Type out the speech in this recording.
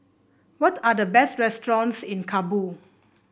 what are the best restaurants in Kabul